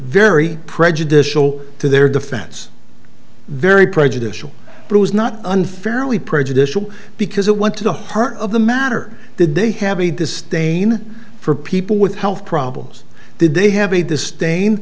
very prejudicial to their defense very prejudicial it was not unfairly prejudicial because it went to the heart of the matter did they have a distain for people with health problems did they have a distain